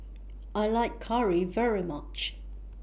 I like Curry very much